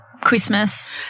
Christmas